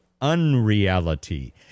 unreality